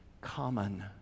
common